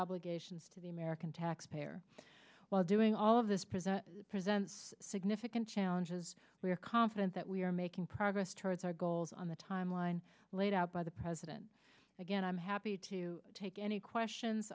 obligations to the american taxpayer while doing all of this present presents significant challenges we are confident that we are made progress towards our goals on the timeline laid out by the president again i'm happy to take any questions